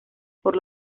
por